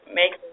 make